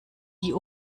die